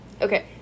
okay